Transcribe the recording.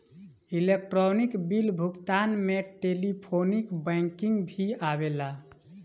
electronic bill भुगतान में telephonic banking भी आवेला